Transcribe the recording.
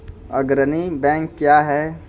अग्रणी बैंक क्या हैं?